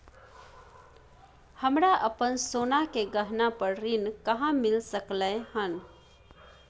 हमरा अपन सोना के गहना पर ऋण कहाॅं मिल सकलय हन?